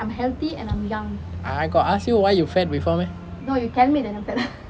I I got ask you why you fat before meh